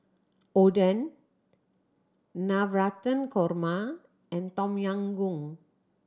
Oden Navratan Korma and Tom Yam Goong